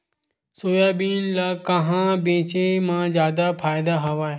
Soybean ल कहां बेचे म जादा फ़ायदा हवय?